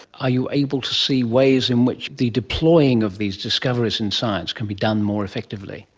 are you able to see ways in which the deploying of these discoveries in science can be done more effectively?